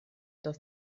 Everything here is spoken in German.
das